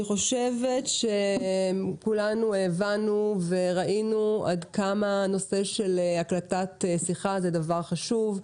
אני חושבת שכולנו הבנו וראינו עד כמה הנושא של הקלטת שיחה זה דבר חשוב.